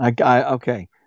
Okay